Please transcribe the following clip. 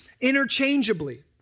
interchangeably